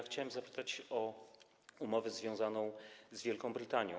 Chciałbym zapytać o umowę związaną z Wielką Brytanią.